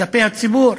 כלפי הציבור